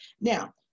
Now